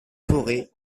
fauré